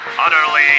Utterly